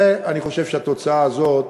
ואני חושב שהתוצאה הזאת,